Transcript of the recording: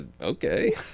Okay